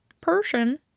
Persian